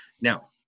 Now